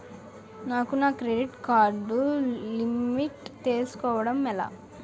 నాకు నా credit card limit తెలుసుకోవడం ఎలా?